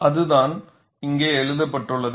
அது தான் இங்கே எழுதப்பட்டுள்ளது